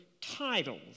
titles